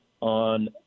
on